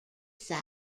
side